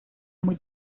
muy